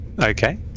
Okay